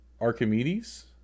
archimedes